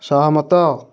ସହମତ